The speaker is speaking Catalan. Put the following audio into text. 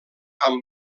amb